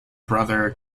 brother